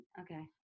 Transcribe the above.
Okay